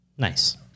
Nice